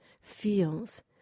feels